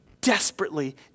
desperately